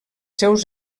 seus